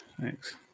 Thanks